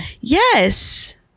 Yes